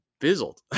fizzled